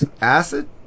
Acid